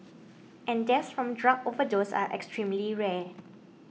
and deaths from drug overdose are extremely rare